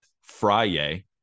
Friday